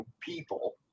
people